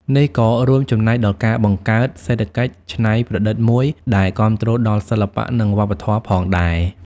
នេះក៏រួមចំណែកដល់ការបង្កើតសេដ្ឋកិច្ចច្នៃប្រឌិតមួយដែលគាំទ្រដល់សិល្បៈ និងវប្បធម៌ផងដែរ។